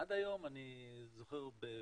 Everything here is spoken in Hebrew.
עד היום אני זוכר בתדהמה.